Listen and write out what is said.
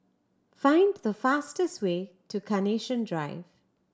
find the fastest way to Carnation Drive